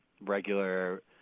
regular